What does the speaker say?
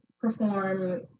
perform